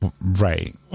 right